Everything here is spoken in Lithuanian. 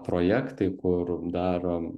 projektai kur dar